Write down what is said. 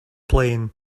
plane